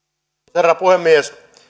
herra puhemies